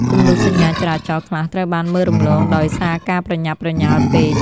គំនូសសញ្ញាចរាចរណ៍ខ្លះត្រូវបានមើលរំលងដោយសារការប្រញាប់ប្រញាល់ពេក។